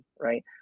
right